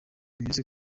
bimeze